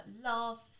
love